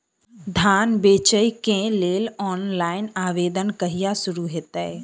धान बेचै केँ लेल ऑनलाइन आवेदन कहिया शुरू हेतइ?